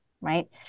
right